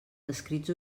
escrits